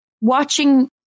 watching